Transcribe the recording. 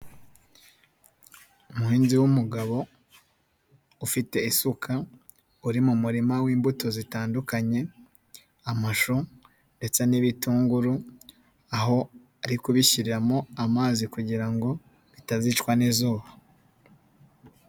Umuhinzi w'umugabo ufite isuka uri mu murima w'imbuto zitandukanye amashu ndetse n'ibitunguru aho ari kubishyiriramo amazi kugira ngo bitazicwa n'izuba.